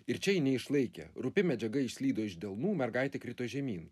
ir čia ji neišlaikė rupi medžiaga išslydo iš delnų mergaitė krito žemyn